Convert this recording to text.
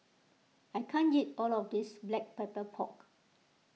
I can't eat all of this Black Pepper Pork